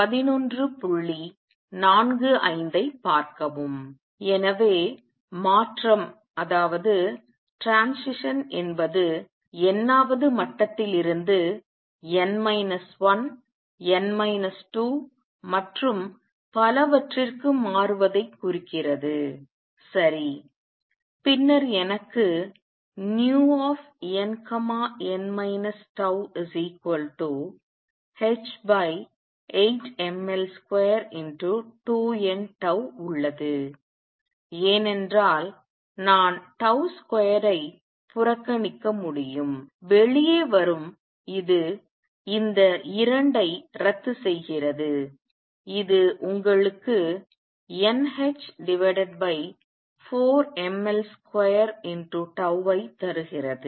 எனவே மாற்றம் என்பது n வது மட்டத்திலிருந்து n 1 n 2 மற்றும் பலவற்றிற்கு மாறுவதைக் குறிக்கிறது சரி பின்னர் எனக்கு nn τh8mL22nτ உள்ளது ஏனென்றால் நான் 2 ஐ புறக்கணிக்க முடியும் வெளியே வரும் இது இந்த 2 ஐ ரத்துசெய்கிறது இது உங்களுக்கு nh4ml2τ ஐ தருகிறது